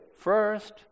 First